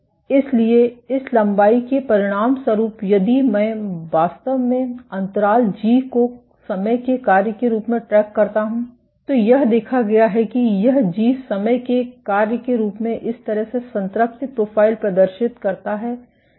इसलिए इस लंबाई के परिणामस्वरूप यदि मैं वास्तव में अंतराल जी को समय के कार्य के रूप में ट्रैक करता हूं तो यह देखा गया है कि यह जी समय के एक कार्य के रूप में इस तरह से संतृप्ति प्रोफ़ाइल प्रदर्शित करता है